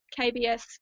KBS